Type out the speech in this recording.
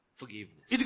forgiveness